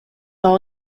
all